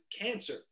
cancer